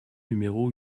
numéro